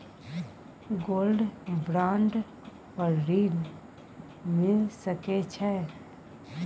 Gold bond पर ऋण मिल सके छै?